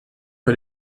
que